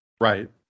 Right